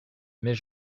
mais